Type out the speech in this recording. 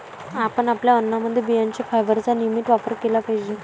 आपण आपल्या अन्नामध्ये बियांचे फायबरचा नियमित वापर केला पाहिजे